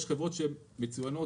יש חברות שהן מצוינות,